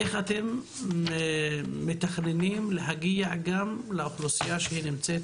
איך אתם מתכננים להגיע גם לאוכלוסייה שנמצאת